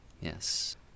Yes